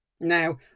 Now